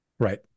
Right